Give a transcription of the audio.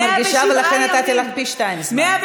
107 ימים,